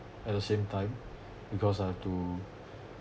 at the same time because I have to